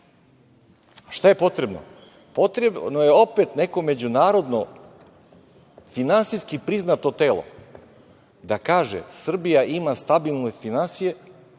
Šta je potrebno? Potrebno je opet neko međunarodno finansijski priznato telo da kaže – Srbija ima stabilne finansije,